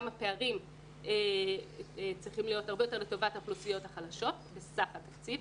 הפערים צריכים להיות הרבה יותר לטובת האוכלוסיות החלשות בסך התקציב.